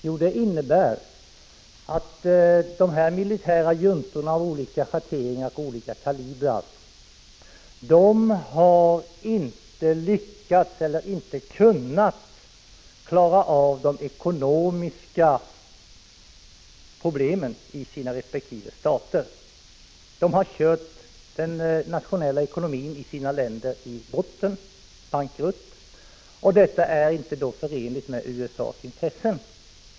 Jo, det innebär att dessa militärjuntor av olika schatteringar och kalibrar inte har lyckats eller kunnat klara av de ekonomiska problemen i sina resp. stater. De har kört den nationella ekonomin i botten, till bankrutt, och det är inte förenligt med USA:s intressen.